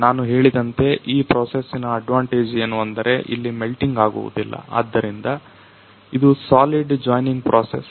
ನಾನು ಹೇಳಿದಂತೆ ಈ ಪ್ರೊಸೆಸ್ಸಿನ ಅಡ್ವಾಂಟೇಜ್ ಏನು ಅಂದರೆ ಇಲ್ಲಿ ಮೆಲ್ಟಿಂಗ್ ಆಗುವುದಿಲ್ಲ ಆದ್ದರಿಂದ ಇದು ಸಾಲಿಡ್ ಜಾಯಿನಿಂಗ್ ಪ್ರೊಸೆಸ್